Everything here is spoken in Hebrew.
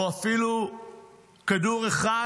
או אפילו כדור אחד,